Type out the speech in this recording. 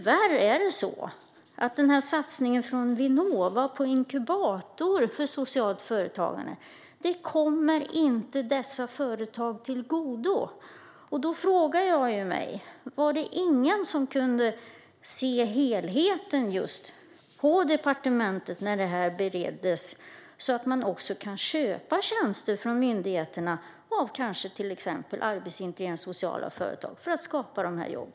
Vinnovas satsning på inkubator för socialt företagande kommer tyvärr inte dessa företag till godo. Då frågar jag mig: Var det ingen på departementet som kunde se helheten när det här bereddes, så att man på myndigheterna kanske också kan köpa tjänster av arbetsintegrerande sociala företag för att skapa dessa jobb?